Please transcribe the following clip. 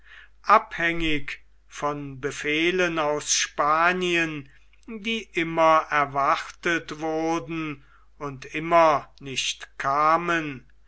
abhängig von befehlen aus spanien die immer erwartet wurden und immer nicht kamen